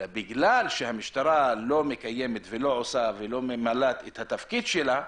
אלא בגלל שהמשטרה לא מקיימת ולא ממלאת את התפקיד שלה.